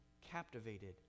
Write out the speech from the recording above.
captivated